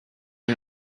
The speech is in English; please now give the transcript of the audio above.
was